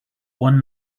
one